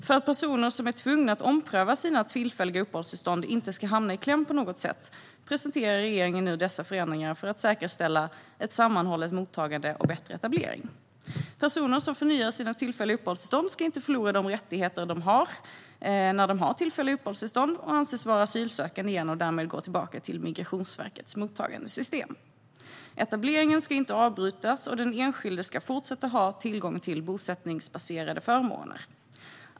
För att personer som är tvungna att få sina tillfälliga uppehållstillstånd omprövade inte ska hamna i kläm på något sätt presenterar regeringen dessa förändringar för att säkerställa ett sammanhållet mottagande och bättre etablering. Personer som förnyar sina tillfälliga uppehållstillstånd ska inte förlora de rättigheter de har när de har tillfälliga uppehållstillstånd. De ska inte anses vara asylsökande igen och därmed gå tillbaka till Migrationsverkets mottagandesystem. Etableringen ska inte avbrytas, och den enskilde ska fortsätta att ha tillgång till bosättningsbaserade förmåner.